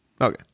Okay